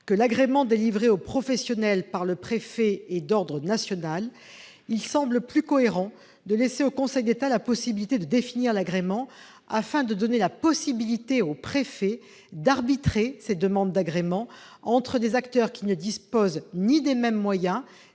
que l'agrément délivré aux professionnels par le préfet est d'ordre national, il semble plus cohérent de laisser au Conseil d'État le soin de définir l'agrément, afin de donner aux préfets la possibilité d'arbitrer les demandes d'agrément entre des acteurs qui ne disposent pas des mêmes moyens